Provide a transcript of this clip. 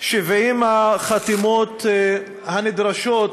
70 החתימות הנדרשות